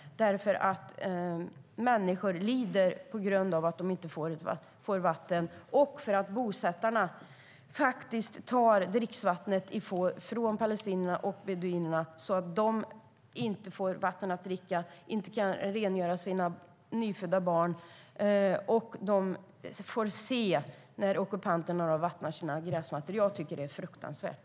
Människor lider på grund av att de inte får vatten. Bosättarna tar dricksvattnet från palestinierna och beduinerna så att de inte får vatten att dricka och inte kan rengöra sina nyfödda barn. Men de får se när ockupanterna vattnar sina gräsmattor. Jag tycker att det är fruktansvärt.